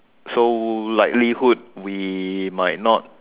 so likelihood we might not